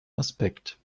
aspekt